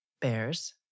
bears